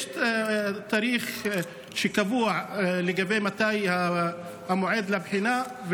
יש תאריך קבוע למועד הבחינה,